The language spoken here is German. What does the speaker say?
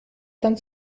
dann